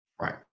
Right